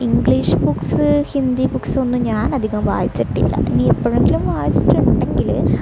English books Hindi ബുക്സൊന്നും ഞാനധികം വായിച്ചിട്ടില്ല ഇനി എപ്പോഴെങ്കിലും വായിച്ചിട്ടുണ്ടെങ്കിൽ അത്